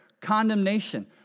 condemnation